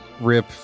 Rip